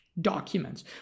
documents